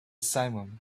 simum